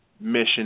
mission